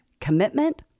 commitment